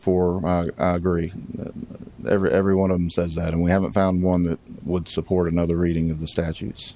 for every every one of them says that and we haven't found one that would support another reading of the statutes